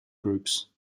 groups